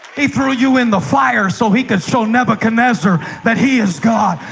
he threw you in the fire so he could show nebuchadnezzar that he is god.